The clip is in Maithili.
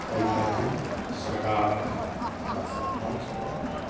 एहि खातिर सरकारके ओकरा सरपञ्चके